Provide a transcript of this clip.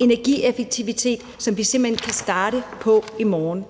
energieffektivitet, som vi simpelt hen kan starte på i morgen.